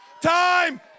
Time